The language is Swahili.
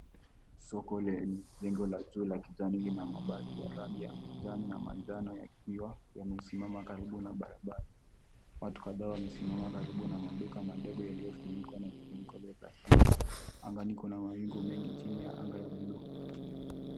Soko lenye jengo la juu la kijani na mabasi ya rangi ya kijani na manjano yakiwa yamesimama karibu na barabara. Watu kadhaa wamesimama karibu na maduka madogo yaliyofunikwa na funiko la plastiki. Angani kuna mawingu mengi chini ya anga ya blue .